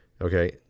okay